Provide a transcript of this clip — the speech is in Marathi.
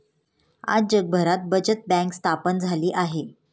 आज जगभरात बचत बँक स्थापन झाली आहे